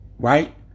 Right